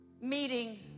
meeting